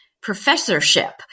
professorship